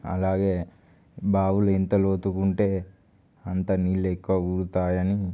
అలాగే బావులు ఎంత లోతుగా ఉంటే అంత నీళ్ళు ఎక్కువ ఊరుతాయని